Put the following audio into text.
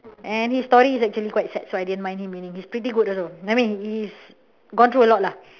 and his story is actually quite sad so I didn't mind him he is pretty good also I mean he's gone through a lot lah